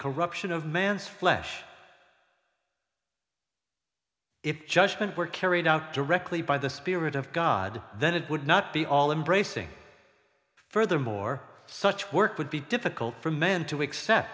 corruption of man's flesh judgment were carried out directly by the spirit of god then it would not be all embracing furthermore such work would be difficult for men to accept